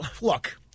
Look